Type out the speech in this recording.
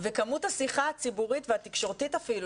וכמות השיחה הציבורית והתקשורתית אפילו